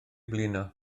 blino